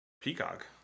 Peacock